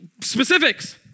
specifics